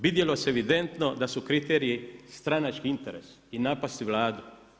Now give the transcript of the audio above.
Vidjelo se evidentno da su kriteriji stranački interes i napasti Vladu.